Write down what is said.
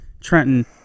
Trenton